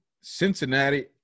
Cincinnati